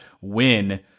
win